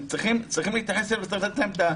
צריכים להתייחס אליהם ולתת להם את מלוא תשומת הלב.